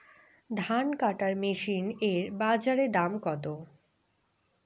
ধান কাটার মেশিন এর বাজারে দাম কতো?